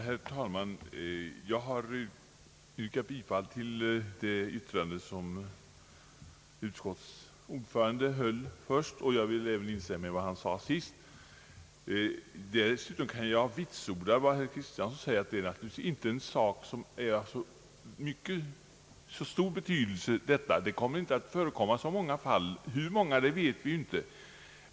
Herr talman! Jag har instämt i utskottsordförandens första yttrande, och jag vill även instämma i vad han sade sist. Dessutom kan jag vitsorda vad herr Kristiansson säger att det naturligtvis inte gäller en sak som är av så stor betydelse. Det kommer inte att förekomma så många fall — hur många, det vet vi inte.